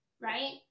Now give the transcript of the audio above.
right